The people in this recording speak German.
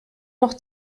noch